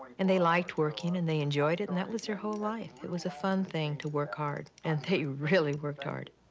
and they liked working, and they enjoyed it, and that was their whole life. it was a fun thing to work hard, and they really worked hard.